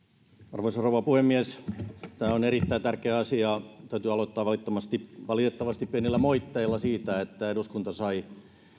arvoisa rouva puhemies tämä on erittäin tärkeä asia täytyy aloittaa valitettavasti valitettavasti pienellä moitteella siitä että eduskunta sai